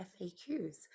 FAQs